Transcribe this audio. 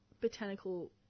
botanical